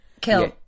Kill